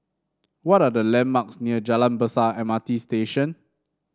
what are the landmarks near Jalan Besar M R T Station